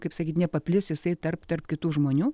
kaip sakyt nepaplis jisai tarp tarp kitų žmonių